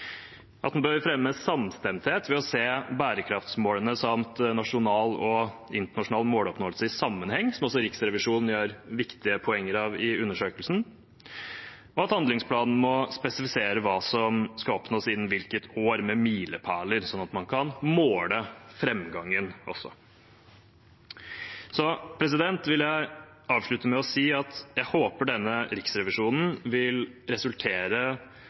bør fremme samstemthet ved å se bærekraftsmålene samt nasjonal og internasjonal måloppnåelse i sammenheng, noe også Riksrevisjonen gjør viktige poenger av i undersøkelsen. Handlingsplanen må spesifisere hva som skal oppnås innen hvilket år, med milepæler, slik at man også kan måle framgangen. Jeg vil avslutte med å si at jeg håper denne rapporten fra Riksrevisjonen vil resultere